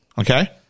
Okay